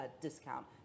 discount